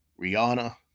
Rihanna